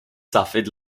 suffered